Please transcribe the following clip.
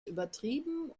übertrieben